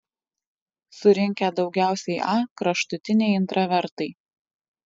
surinkę daugiausiai a kraštutiniai intravertai